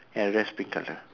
ya that's pink colour